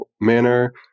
manner